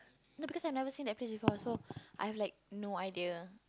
no because I've never seen that place before so I've like no idea